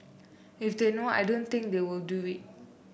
if they know I don't think they will do it